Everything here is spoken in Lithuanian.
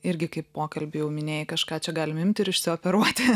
irgi kaip pokalby jau minėjai kažką čia galim imt ir išsioperuoti